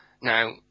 Now